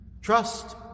trust